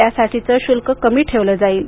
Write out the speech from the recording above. यासाठीचं शुल्क कमी ठेवलं जाईल